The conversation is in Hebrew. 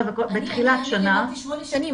בתחילת השנה --- אני --- שמונה שנים,